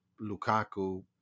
Lukaku